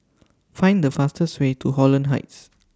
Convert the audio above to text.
Find The fastest Way to Holland Heights